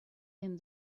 him